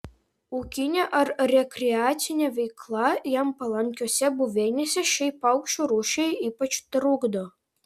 ūkinė ar rekreacinė veikla jam palankiose buveinėse šiai paukščių rūšiai ypač trukdo